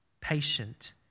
patient